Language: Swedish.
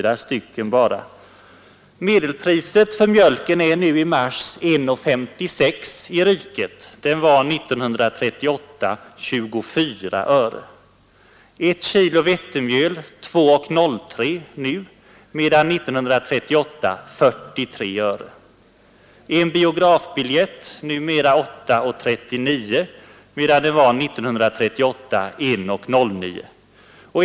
Medelpriset i hela riket för mjölk är nu — uppgiften avser mars i år — 1:56. 1938 var det 24 öre. 1 kilo vetemjöl kostar 2:03 nu men kostade 43 öre år 1938. Medelpriset för en biografbiljett är numera 8:39, medan det 1938 var 1:09.